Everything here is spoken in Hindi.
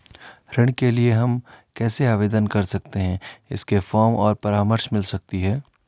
ऋण के लिए हम कैसे आवेदन कर सकते हैं इसके फॉर्म और परामर्श मिल सकती है?